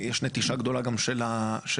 יש נטישה גדולה גם של הגליל,